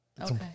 Okay